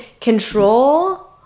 control